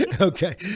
Okay